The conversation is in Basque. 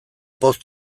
poz